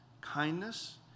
kindness